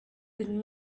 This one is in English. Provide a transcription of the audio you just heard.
been